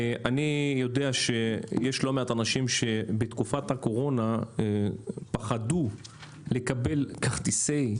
אני יודע שיש לא מעט אנשים שבתקופת הקורונה פחדו לקבל כרטיסי,